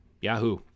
Yahoo